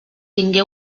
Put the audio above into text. tingué